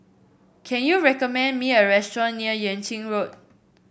can you recommend me a restaurant near Yuan Ching Road